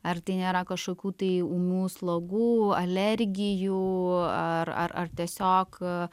ar tai nėra kažkokių tai ūmių slogų alergijų ar ar tiesiog